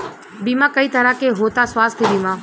बीमा कई तरह के होता स्वास्थ्य बीमा?